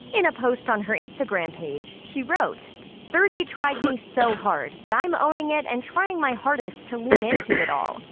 in a post on her instagram page, she wrote thirty tried me so hard but i'm owning it and trying my hardest to lean in to it all.